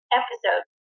episode